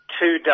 two